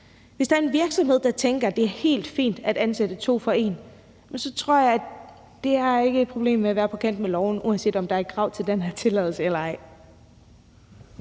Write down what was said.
Hvis der er en virksomheder, der tænker, at det er helt fint at ansætte to for en, så tror jeg, at der er et problem med at være på kant med loven, uanset om der er et krav til den her tilladelse eller ej.